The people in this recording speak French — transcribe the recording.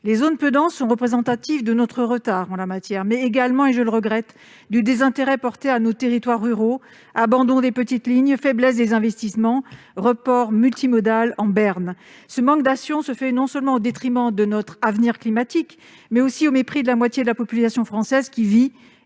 Les zones peu denses sont révélatrices non seulement de notre retard en la matière, mais également, et je le regrette, du désintérêt porté à nos territoires ruraux : abandon des petites lignes, faiblesse des investissements, report multimodal en berne. Ce manque d'action se fait non seulement au détriment de notre avenir climatique, mais aussi au mépris de la moitié de la population française, qui vit